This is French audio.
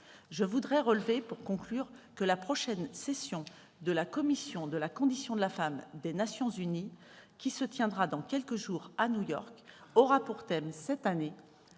je voudrais relever que la prochaine session de la Commission de la condition de la femme des Nations unies, qui se tiendra dans quelques jours à New York, aura pour thème